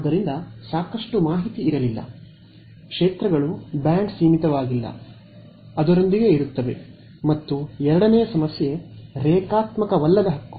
ಆದ್ದರಿಂದ ಸಾಕಷ್ಟು ಮಾಹಿತಿ ಇರಲಿಲ್ಲ ಕ್ಷೇತ್ರಗಳು ಬ್ಯಾಂಡ್ ಸೀಮಿತವಾಗಿಲ್ಲ ಅದರೊಂದಿಗೆ ಇರುತ್ತವೆ ಮತ್ತು ಎರಡನೆಯ ಸಮಸ್ಯೆ ರೇಖಾತ್ಮಕವಲ್ಲದ ಹಕ್ಕು